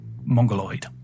Mongoloid